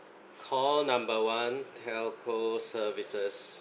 call number one telco services